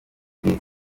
ubwiza